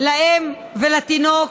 לאם ולתינוק,